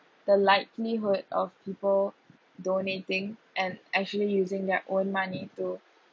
the likelihood of people donating and actually using their own money to